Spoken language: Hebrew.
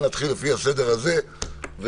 נתחיל מהסדר הזה,